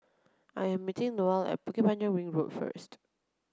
I am meeting Noel at Bukit Panjang Ring Road first